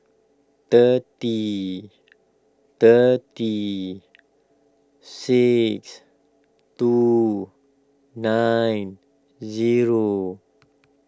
thirty thirty six two nine zero